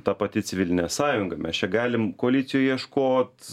ta pati civilinė sąjunga mes čia galim koalicijoj ieškot